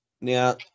now